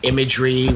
Imagery